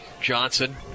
Johnson